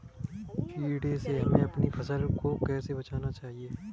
कीड़े से हमें अपनी फसल को कैसे बचाना चाहिए?